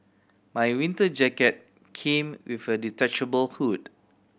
my winter jacket came with a detachable hood